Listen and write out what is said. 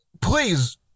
please